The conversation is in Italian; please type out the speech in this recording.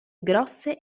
grosse